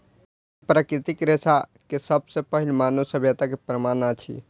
ऊन प्राकृतिक रेशा के सब सॅ पहिल मानव सभ्यता के प्रमाण अछि